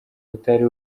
utari